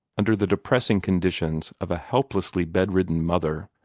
under the depressing conditions of a hopelessly bedridden mother,